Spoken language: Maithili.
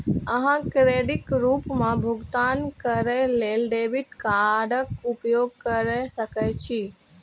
अहां क्रेडिटक रूप मे भुगतान करै लेल डेबिट कार्डक उपयोग कैर सकै छी